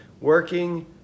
working